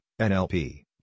NLP